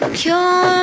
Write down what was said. cure